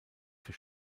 für